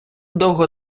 довго